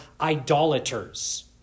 idolaters